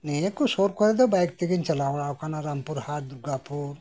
ᱱᱤᱭᱟᱹ ᱠᱚ ᱥᱩᱨ ᱠᱚᱨᱮ ᱫᱚ ᱵᱟᱭᱤᱠ ᱛᱮᱜᱮᱧ ᱪᱟᱞᱟᱣ ᱵᱟᱲᱟ ᱟᱠᱟᱱᱟ ᱨᱟᱢᱯᱩᱨ ᱦᱟᱴ ᱫᱩᱨᱜᱟᱯᱩᱨ